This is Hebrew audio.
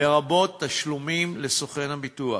לרבות תשלומים לסוכן הביטוח,